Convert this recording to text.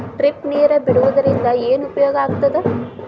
Drip ನೇರ್ ಬಿಡುವುದರಿಂದ ಏನು ಉಪಯೋಗ ಆಗ್ತದ?